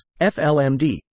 FLMD